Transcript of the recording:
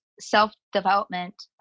self-development